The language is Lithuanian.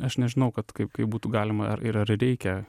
aš nežinau kad kaip kaip būtų galima ir ar reikia